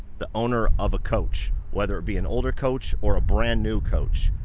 the owner of a coach, whether it be an older coach or a brand new coach,